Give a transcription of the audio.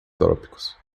trópicos